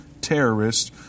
terrorists